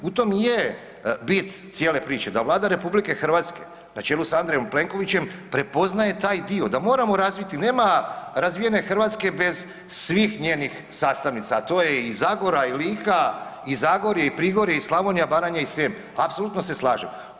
U tome i je bit cijele priče da Vlada RH na čelu s Andrejom Plenkovićem prepozna taj dio, da moramo razviti, nema razvijene Hrvatske bez svih njenih sastavnica, a to je i Zagora i Lika i Zagorje, i Prigorje, i Slavonija i Baranja i Srijem apsolutno se slažem.